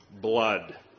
blood